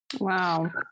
Wow